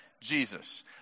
Jesus